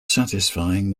satisfying